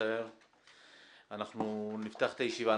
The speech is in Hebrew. אנחנו נפתח את הישיבה.